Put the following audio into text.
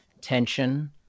tension